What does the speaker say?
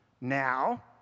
now